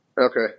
Okay